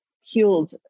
healed